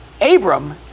Abram